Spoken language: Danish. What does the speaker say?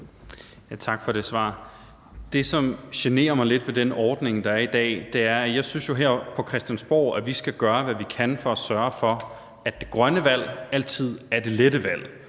Tak for det svar. Det, der generer mig lidt ved den ordning, der er i dag, hænger sammen med, at jeg jo synes, at vi her på Christiansborg skal gøre, hvad vi kan, for at sørge for, at det grønne valg altid er det lette valg,